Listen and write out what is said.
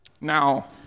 Now